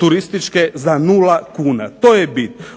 turističke za nula kuna. To je bit.